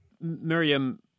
Miriam